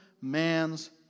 man's